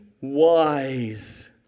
wise